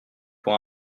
pour